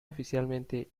oficialmente